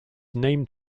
named